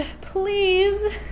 please